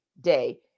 day